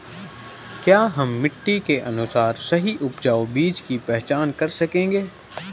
क्या हम मिट्टी के अनुसार सही उपजाऊ बीज की पहचान कर सकेंगे?